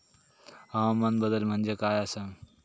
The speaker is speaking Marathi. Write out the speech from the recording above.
हवामान बदल म्हणजे काय आसा?